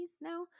now